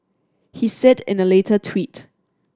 he said in a later tweet